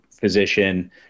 physician